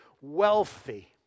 wealthy